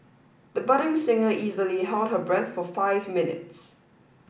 the budding singer easily held her breath for five minutes